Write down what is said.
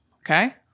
Okay